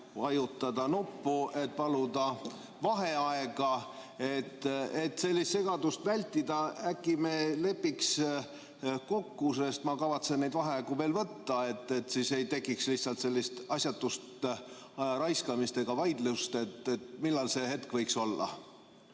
vajutada nuppu, et paluda vaheaega. Et sellist segadust vältida, äkki me lepiksime kokku, sest ma kavatsen neid vaheaegu veel võtta, et siis ei tekiks lihtsalt sellist asjatut ajaraiskamist ega vaidlust, millal see hetk võiks olla.